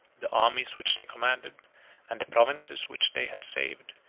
the armies which they commanded and the provinces which they had saved,